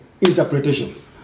interpretations